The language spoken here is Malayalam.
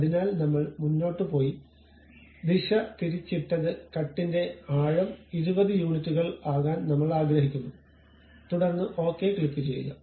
അതിനാൽ നമ്മൾ മുന്നോട്ട് പോയി ദിശ തിരിച്ചിട്ടത് കട്ടിന്റെ ആഴം 20 യൂണിറ്റുകൾ ആകാൻ നമ്മൾ ആഗ്രഹിക്കുന്നു തുടർന്ന് ഓക്കേ ക്ലിക്കുചെയ്യുക